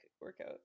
workout